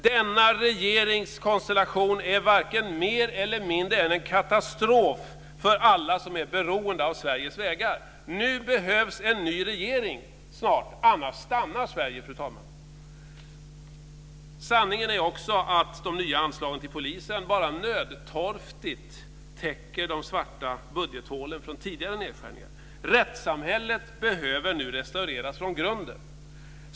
Denna regeringskonstellation är varken mer eller mindre än en katastrof för alla som är beroende av Sveriges vägar. Nu behövs det snart en ny regering, fru talman, annars stannar Sanningen är också den att de nya anslagen till polisen bara nödtorftigt täcker de svarta budgethålen från tidigare nedskärningar. Rättssamhället behöver nu restaureras från grunden.